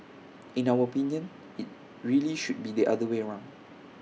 in our opinion IT really should be the other way round